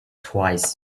twice